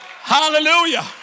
hallelujah